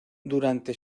durante